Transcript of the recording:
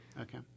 Okay